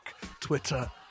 Twitter